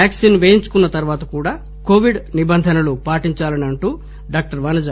vaccine వేయించుకున్న తరువాత కూడా కోవిడ్ నిబంధనలు పాటించాలని అంటూ డాక్టర్ వనజ